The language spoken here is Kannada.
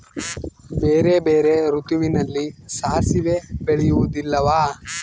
ಬೇರೆ ಬೇರೆ ಋತುವಿನಲ್ಲಿ ಸಾಸಿವೆ ಬೆಳೆಯುವುದಿಲ್ಲವಾ?